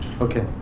Okay